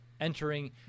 entering